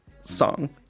song